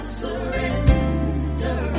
surrender